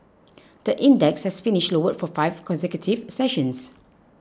the index has finished lower for five consecutive sessions